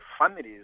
families